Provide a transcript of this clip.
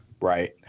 Right